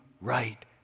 right